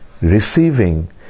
receiving